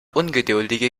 ungeduldige